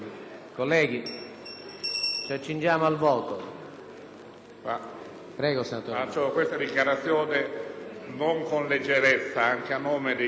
Prego, senatore.